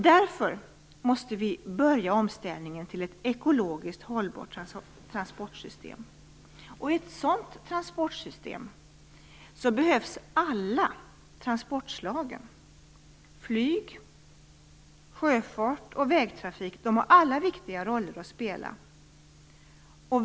Därför måste vi börja omställningen till ett ekologiskt hållbart transportsystem. I ett sådant transportsystem behövs alla transportslagen. Flyg, sjöfart och vägtrafik har alla viktiga roller att spela.